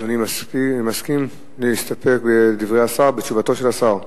אדוני מסכים להסתפק בדברי השר, בתשובתו של השר?